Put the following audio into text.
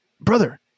Brother